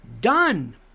Done